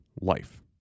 life